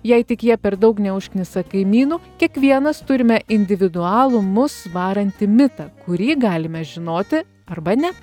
jei tik jie per daug neužknisa kaimynų kiekvienas turime individualų mus varantį mitą kurį galime žinoti arba ne